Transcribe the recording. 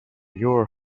your